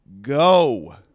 Go